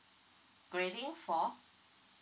grading for